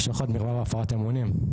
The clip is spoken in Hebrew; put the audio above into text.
שוחד, מרמה והפרת אמונים.